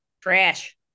trash